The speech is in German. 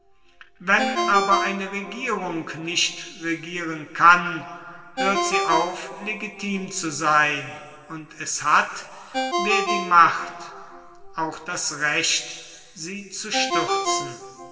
wenn aber eine regierung nicht regieren kann hört sie auf legitim zu sein und es hat wer die macht auch das recht sie zu stürzen